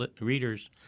readers